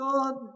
God